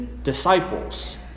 disciples